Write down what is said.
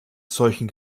solchen